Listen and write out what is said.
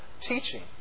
teaching